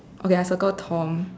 okay I'll circle Tom